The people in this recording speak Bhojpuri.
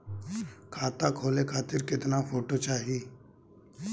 खाता खोले खातिर केतना फोटो चाहीं?